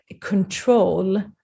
control